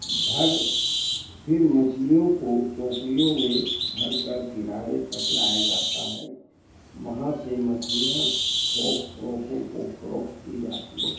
بھر پھر مچھلیوں کو ٹوکریوں میں بھر کر کنارے تک لایا جاتا ہے وہاں سے مچھلیاں تھوک فروشوں کو فروخت کی جاتی ہے